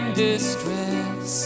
distress